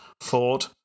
Ford